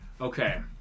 okay